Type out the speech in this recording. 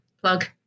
plug